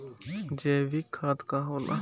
जैवीक खाद का होला?